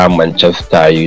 manchester